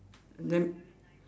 then